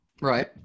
right